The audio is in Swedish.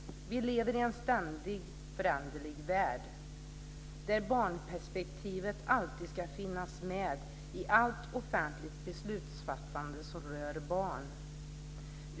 Vi lever i en ständigt föränderlig värld där barnperspektivet alltid ska finnas med i allt offentligt beslutsfattande som rör barn.